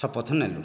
ଶପଥ ନେଲୁ